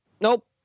Nope